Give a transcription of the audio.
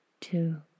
two